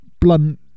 Blunt